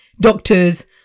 Doctors